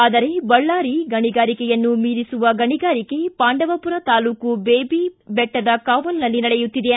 ಆದರೆ ಬಳ್ಳಾರಿ ಗಣಿಗಾರಿಕೆಯನ್ನು ಮೀರಿಸುವ ಗಣಿಗಾರಿಕೆ ಪಾಂಡವಪುರ ತಾಲೂಕು ದೇಬಿ ದೆಟ್ಟದ ಕಾವಲ್ನಲ್ಲಿ ನಡೆಯುತ್ತಿದೆ